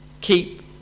keep